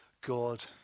God